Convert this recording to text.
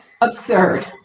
absurd